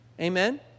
Amen